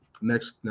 next